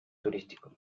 turístico